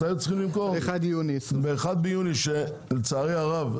שהיו צריכים למכור ב-1 ביוני לצערי רב,